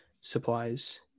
supplies